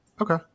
Okay